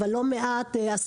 אבל לא מעט עסקים,